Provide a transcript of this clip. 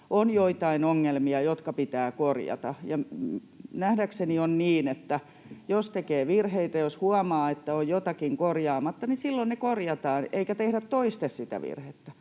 on joitain ongelmia, jotka pitää korjata. Ja nähdäkseni on niin, että jos tekee virheitä ja jos huomaa, että on jotakin korjaamatta, niin silloin ne korjataan eikä tehdä toiste sitä virhettä,